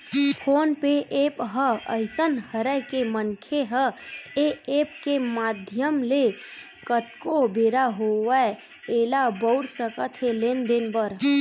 phone पे app ह अइसन हरय के मनखे ह ऐ ऐप के माधियम ले कतको बेरा होवय ऐला बउर सकत हे लेन देन बर